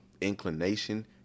inclination